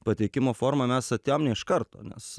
pateikimo forma mes atėjom ne iš karto nes